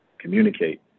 communicate